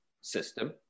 system